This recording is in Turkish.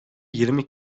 yirmi